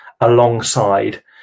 alongside